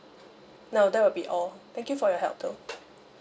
no that will be all thank you for your help though